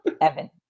Evan